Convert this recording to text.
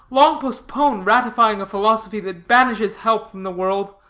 long postpone ratifying a philosophy that banishes help from the world.